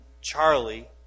Charlie